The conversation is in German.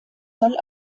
soll